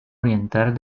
oriental